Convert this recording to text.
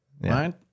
right